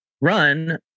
run